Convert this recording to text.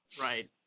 Right